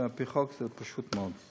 זה על פי חוק, וזה פשוט מאוד.